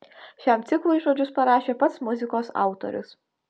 šiam ciklui žodžius parašė pats muzikos autorius